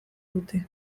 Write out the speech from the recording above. dute